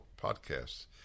podcasts